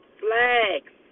flags